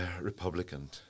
Republican